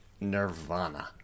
nirvana